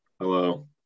Hello